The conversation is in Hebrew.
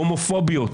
הומופוביות,